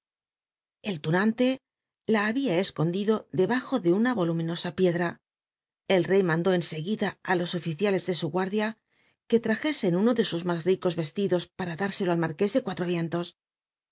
el lnnanlc la hahia escondido debajo de una voluminosa piedra el rey mandó en guida it lo oficialcs de su guardia que lrajc pn uno de sus más ricos vestidos para tlitrsclo al iihii'i ué de cuatro ienlos